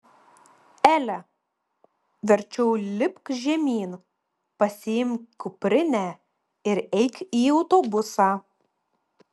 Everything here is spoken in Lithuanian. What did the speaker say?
ele verčiau lipk žemyn pasiimk kuprinę ir eik į autobusą